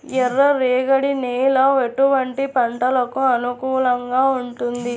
ఎర్ర రేగడి నేల ఎటువంటి పంటలకు అనుకూలంగా ఉంటుంది?